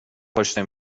پشت